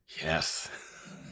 Yes